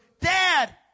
Dad